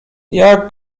jak